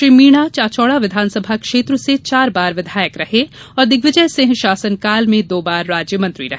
वे चाचौड़ा विधानसभा क्षेत्र से चार बार विधायक रहे और दिग्विजय सिंह शासनकाल में दो बार राज्य मंत्री रहे